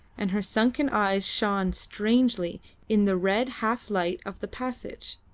and her sunken eyes shone strangely in the red half-light of the passage.